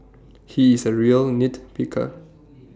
he is A real nit picker